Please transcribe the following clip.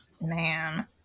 Man